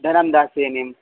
धनं दास्यमिमं